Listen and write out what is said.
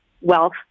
wealth